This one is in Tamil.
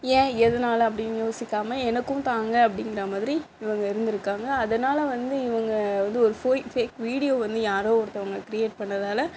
ஏன் எதனால் அப்படினு யோசிக்காமல் எனக்கும் தாங்க அப்படிங்கற மாதிரி இவங்க இருந்துருக்கிறாங்க அதனால் வந்து இவங்க வந்து ஒரு பொய் ஃபேக் வீடியோ வந்து யாரோ ஒருத்தவங்க கிரியேட் பண்ணதால்